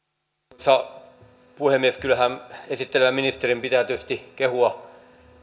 arvoisa puhemies kyllähän esittelevän ministerin pitää tietysti kehua